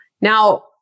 Now